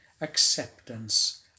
acceptance